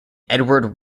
edward